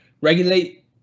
regulate